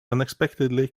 unexpectedly